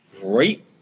Great